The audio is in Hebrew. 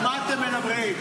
על מה אתם מדברים?